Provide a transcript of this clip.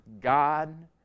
God